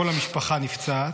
כל המשפחה נפצעת.